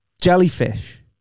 jellyfish